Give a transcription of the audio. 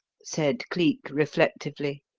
said cleek, reflectively.